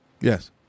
Yes